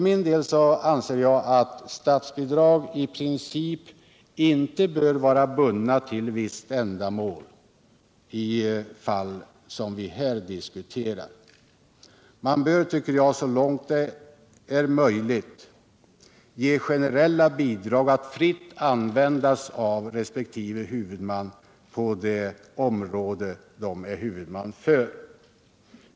Jag anseratt statsbidrag i princip inte bör vara bundet till visst ändamål i fall som vi här diskuterar. Man bör, tycker jag, så långt det är möjligt, lämna generella bidrag att fritt användas av resp. huvudman.